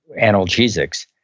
analgesics